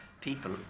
people